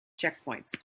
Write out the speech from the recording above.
checkpoints